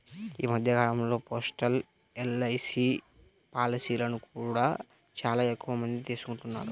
ఈ మధ్య కాలంలో పోస్టల్ ఎల్.ఐ.సీ పాలసీలను కూడా చాలా ఎక్కువమందే తీసుకుంటున్నారు